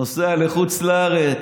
נוסע לחוץ לארץ.